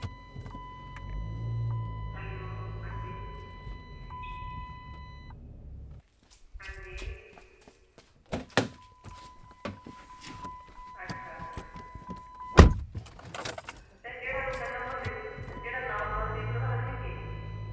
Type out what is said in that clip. hello हां जी हां जी अच्छा सर जेह्ड़ा नाप तुसें दित्ता दा हा नी मिगी